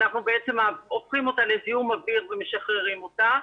אנחנו בעצם הופכים אותה לזיהום אוויר ומשחררים אותה.